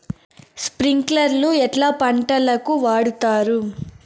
స్ప్రింక్లర్లు ఎట్లా పంటలకు వాడుతారు?